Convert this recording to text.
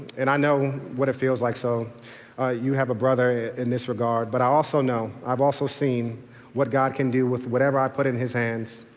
and i know what it feels like, so you have a brother in this regard. but i also know, i've also seen what god can do with whatever i put in his hands,